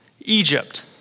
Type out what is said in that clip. Egypt